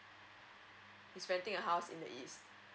he's renting a house in the east